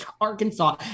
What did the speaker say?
Arkansas